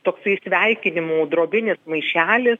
toksai sveikinimų drobinis maišelis